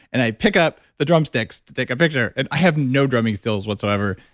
and i picked up the drumsticks to take a picture. and i have no drumming skills whatsoever.